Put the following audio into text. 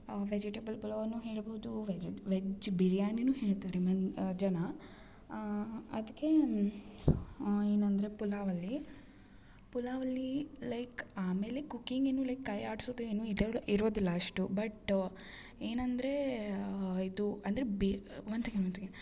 vegetable pulao ಹೇಳ್ಬೋದು veg ಬಿರಿಯಾನಿನು ಹೇಳ್ತಾರೆ ಜನ ಅದ್ಕೇ ಏನಂದರೆ ಪಲಾವ್ ಅಲ್ಲಿ ಪಲಾವ್ ಅಲ್ಲೀ ಲೈಕ್ ಆಮೇಲೆ ಕುಕ್ಕಿಂಗ್ ಏನು ಲೈಕ್ ಕೈ ಆಡ್ಸೋದು ಏನು ಇರೋದಿಲ್ಲ ಅಷ್ಟು ಬಟ್ ಏನಂದರೆ ಇದು ಅಂದ್ರೆ be one second one second